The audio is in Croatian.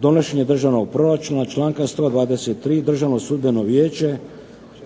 donošenje državnog proračuna. Članka 123. Državno sudbeno vijeće.